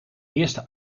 eerste